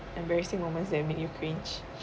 embarrassing moments that will make you cringe